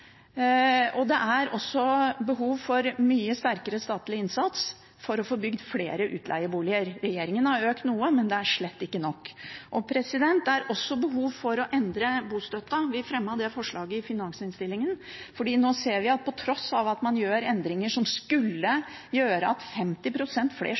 Det er også behov for mye sterkere statlig innsats for å få bygd flere utleieboliger. Regjeringen har økt den noe, men det er slett ikke nok. Det er også behov for å endre bostøtten. Vi fremmet det forslaget i finansinnstillingen. Vi ser nå at på tross av at man gjør endringer som skulle gjøre at